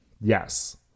Yes